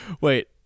Wait